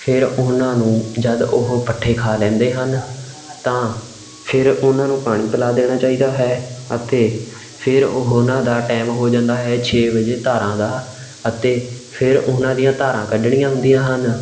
ਫਿਰ ਉਹਨਾਂ ਨੂੰ ਜਦ ਉਹ ਪੱਠੇ ਖਾ ਲੈਂਦੇ ਹਨ ਤਾਂ ਫਿਰ ਉਹਨਾਂ ਨੂੰ ਪਾਣੀ ਪਿਲਾ ਦੇਣਾ ਚਾਹੀਦਾ ਹੈ ਅਤੇ ਫਿਰ ਉਹਨਾਂ ਦਾ ਟਾਇਮ ਹੋ ਜਾਂਦਾ ਹੈ ਛੇ ਵਜੇ ਧਾਰਾਂ ਦਾ ਅਤੇ ਫਿਰ ਉਹਨਾਂ ਦੀਆਂ ਧਾਰਾਂ ਕੱਢਣੀਆਂ ਹੁੰਦੀਆਂ ਹਨ